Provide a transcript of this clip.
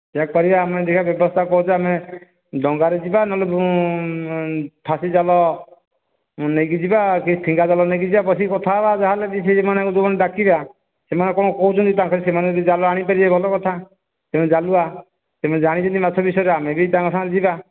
ସେୟା କରିବା ଆମେ ଦେଖିବା ବ୍ୟବସ୍ତା କରୁଛୁ ଆମେ ଡଙ୍ଗାରେ ଯିବା ନହେଲେ ଫାସି ଜାଲ ନେଇକି ଯିବା କି ଫିଙ୍ଗା ଜାଲ ନେଇକି ଯିବା ବସିକି କଥା ହେବା ଯାହା ହେଲେ ବି ସେମାନଙ୍କୁ ଯେଉଁମାନଙ୍କୁ ଡାକିବା ସେମାନେ କ'ଣ କହୁଛନ୍ତି ତାଙ୍କର ସେମାନେ ଯଦି ଜାଲ ଆଣି ପାରିବେ ଭଲ କଥା ସେମାନେ ଜାଲୁଆ ସେମାନେ ଜାଣିଛନ୍ତି ମାଛଙ୍କ ବିଷୟରେ ଆମେ ବି ତାଙ୍କ ସାଙ୍ଗରେ ଯିବା